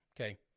Okay